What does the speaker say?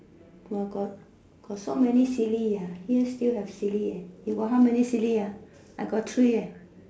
!whoa! got got so many silly ah here still have silly eh you got how many silly ah I got three eh